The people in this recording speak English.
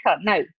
Now